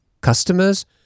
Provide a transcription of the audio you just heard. customers